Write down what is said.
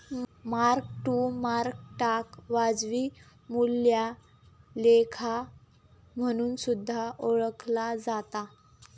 mark to मार्केटाक वाजवी मूल्या लेखा म्हणून सुद्धा ओळखला जाता